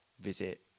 visit